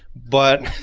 but.